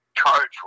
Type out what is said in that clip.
charge